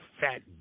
fat